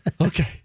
Okay